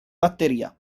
batteria